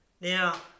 Now